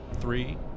three